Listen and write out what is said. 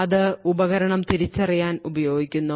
അത് ഉപകരണം തിരിച്ചറിയാൻ ഉപയോഗിക്കുന്നു